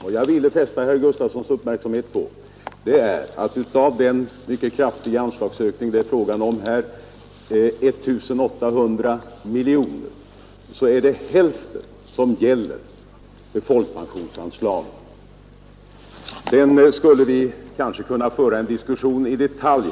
Vad jag ville fästa herr Gustavssons uppmärksamhet på är att av den mycket kraftiga anslagsökning det är fråga om här, nämligen 1 800 miljoner kronor, gäller ungefär hälften folkpensionsanslaget. Sedan skulle vi kunna föra en diskussion mera i detalj.